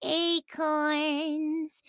acorns